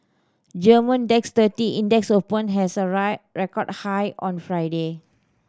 Germany DAX thirty Index opened has a record high on Friday